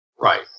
Right